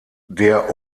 der